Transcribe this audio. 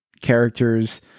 characters